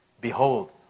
Behold